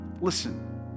Listen